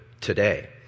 today